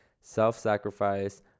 self-sacrifice